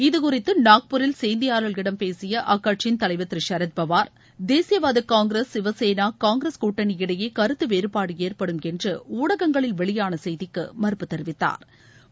இதுகுறித்து நாக்பூரில் செய்தியாளர்களிடம் பேசிய அக்கட்சியின் தலைவர் திரு சரத் பவார் தேசியவாத காங்கிரஸ் சிவசேனா காங்கிரஸ் கூட்டணி இடையே கருத்து வேறுபாடு ஏற்படும் என்று ஊடகங்களில் வெளியான செய்திக்கு மறுப்பு தெரிவித்தாா்